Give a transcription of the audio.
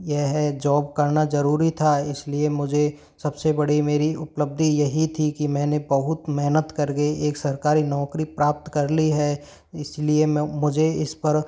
यह जॉब करना ज़रूरी था इसलिए मुझे सबसे बड़ी मेरी उपलब्धि यही थी कि मैंने बहुत मेहनत करके एक सरकारी नौकरी प्राप्त कर ली है इसलिए मैं मुझे इस पर